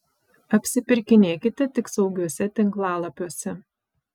apsipirkinėkite tik saugiuose tinklalapiuose